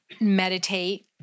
meditate